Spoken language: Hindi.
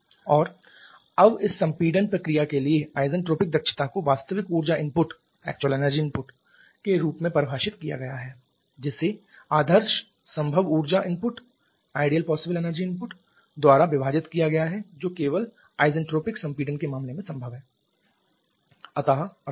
और अब इस सम्पीडन प्रक्रिया के लिए आइसेंट्रोपिक दक्षता को वास्तविक ऊर्जा इनपुट के रूप में परिभाषित किया गया है जिसे आदर्श संभव ऊर्जा इनपुट द्वारा विभाजित किया गया है जो केवल आइसेंट्रोपिक संपीड़न के मामले में संभव है अर्थात